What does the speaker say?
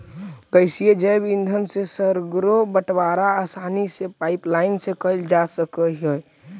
गैसीय जैव ईंधन से सर्गरो बटवारा आसानी से पाइपलाईन से कैल जा सकऽ हई